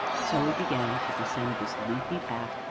so i began to descend this leafy path,